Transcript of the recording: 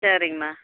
சரிங்மா